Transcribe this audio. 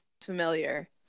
familiar